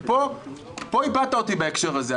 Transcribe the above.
פה איבדת אותי בהקשר הזה.